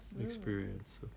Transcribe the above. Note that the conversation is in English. experience